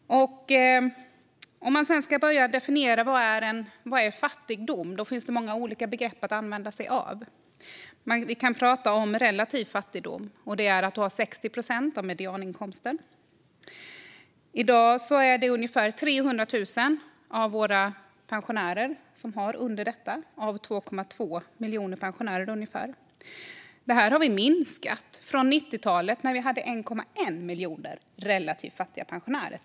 Om man ska försöka definiera fattigdom finns det många olika begrepp att använda sig av. Men vi kan prata om relativ fattigdom. Det innebär att man har 60 procent av medianinkomsten. I dag är det ungefär 300 000 av våra pensionärer som har mindre än detta, av 2,2 miljoner pensionärer ungefär. Det har minskat sedan 1990-talet, då det fanns 1,1 miljon relativt fattiga pensionärer.